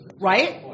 Right